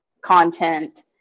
content